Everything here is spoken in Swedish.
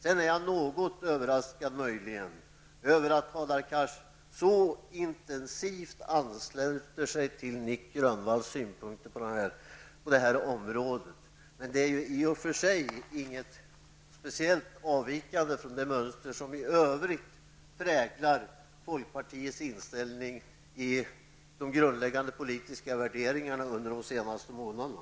Jag är något överraskad över att Hadar Cars så intensivt ansluter sig till Nic Grönvalls synpunkter på det här området. Men det är i och för sig inget speciellt avvikande från det mönster som i övrigt präglat folkpartiets inställning i de grundläggande politiska värderingarna under de senaste månaderna.